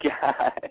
God